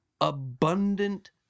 abundant